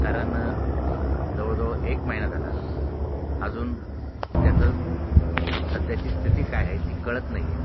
कारण जवळजवळ एक महिना झाला अजून त्याचं सध्याची स्थिती काय आहे ती कळत नाही आहे